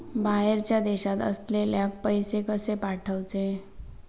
बाहेरच्या देशात असलेल्याक पैसे कसे पाठवचे?